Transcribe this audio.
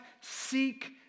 seek